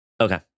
Okay